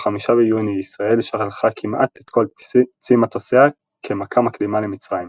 ב-5 ביוני ישראל שלחה כמעט את כל צי מטוסיה כמכה מקדימה למצרים.